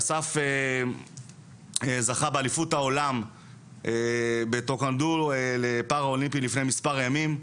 אסף זכה באליפות העולם בטקוונדו לפני מספר ימים,